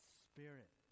spirit